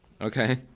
Okay